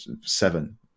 seven